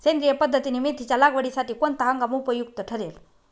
सेंद्रिय पद्धतीने मेथीच्या लागवडीसाठी कोणता हंगाम उपयुक्त ठरेल?